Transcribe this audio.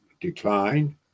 decline